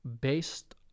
based